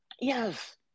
Yes